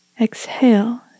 exhale